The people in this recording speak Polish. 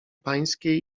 pańskiej